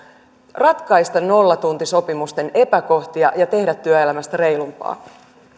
ratkaista nollatuntisopimusten epäkohtia ja tehdä työelämästä reilumpaa